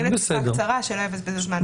בסדר.